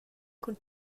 cun